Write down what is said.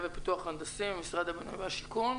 ופיתוח הנדסי ממשרד הבינוי והשיכון.